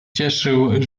cieszył